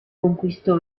conquistò